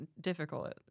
difficult